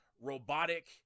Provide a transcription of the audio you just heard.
robotic